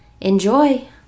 enjoy